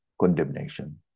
condemnation